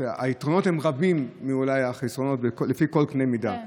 היתרונות הם אולי רבים מהחסרונות לפי כל קנה מידה.